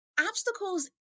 Obstacles